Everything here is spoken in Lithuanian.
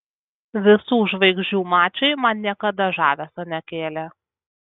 visų žvaigždžių mačai man niekada žavesio nekėlė